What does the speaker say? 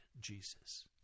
Jesus